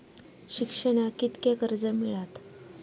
शिक्षणाक कीतक्या कर्ज मिलात?